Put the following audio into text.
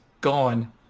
gone